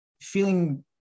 feeling